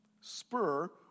spur